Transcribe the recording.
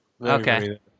Okay